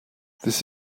this